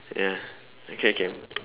ya okay okay